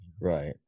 right